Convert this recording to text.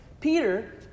Peter